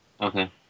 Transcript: Okay